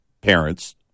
parents